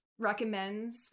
recommends